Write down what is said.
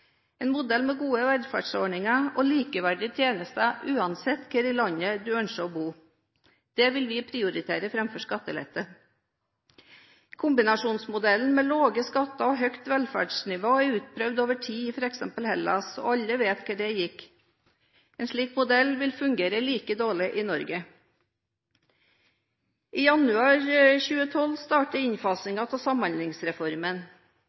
en modell med gode velferdsordninger og likeverdige tjenester uansett hvor i landet du ønsker å bo. Det vil vi prioritere framfor skattelette. Kombinasjonsmodellen med lave skatter og høyt velferdsnivå er utprøvd over tid i f.eks. Hellas, og alle vet hvordan det gikk. En slik modell vil fungere like dårlig i Norge. I januar 2012